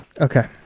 Okay